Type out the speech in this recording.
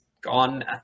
gone